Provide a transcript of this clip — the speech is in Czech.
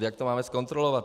Jak to máme zkontrolovat?